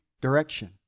direction